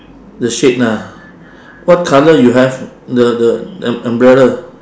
the shade ah what colour you have the the um~ umbrella